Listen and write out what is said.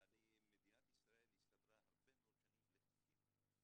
מדינת ישראל הסתדרה הרבה מאוד שנים בלי חוקים.